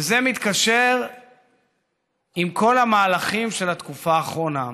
וזה מתקשר עם כל המהלכים של התקופה האחרונה,